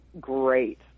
great